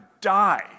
die